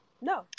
No